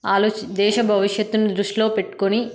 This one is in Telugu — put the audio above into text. దేశ భవిష్యత్తును దృష్టిలో పెట్టుకుని